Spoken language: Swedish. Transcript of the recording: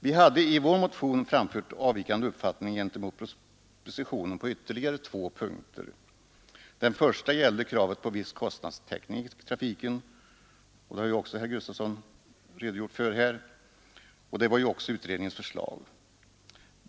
Vi hade i vår motion framfört avvikande uppfattning gentemot propositionen på ytterligare två punkter. Den första gällde kravet på viss kostnadstäckning i trafiken, som ju också herr Gustafson har redogjort för här, och detta var också utredningens förslag.